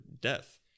death